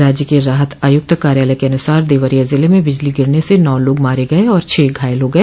राज्य के राहत आयुक्त कार्यालय के अनुसार देवरिया जिले में बिजली गिरने से नौ लोग मारे गए और छह घायल हो गए